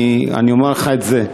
אני אומר לך את זה,